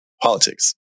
politics